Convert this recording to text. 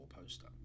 poster